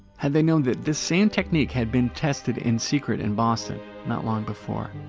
had they known that the same technique had been tested in secret in boston not long before.